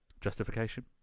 Justification